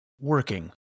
Working